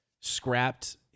scrapped